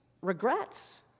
regrets